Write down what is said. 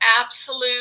absolute